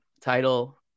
title